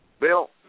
Bill